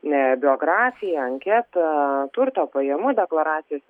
ne biografiją anketą turto pajamų deklaracijas